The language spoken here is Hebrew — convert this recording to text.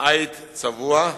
עיט צבוע,